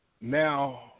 Now